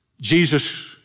Jesus